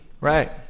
right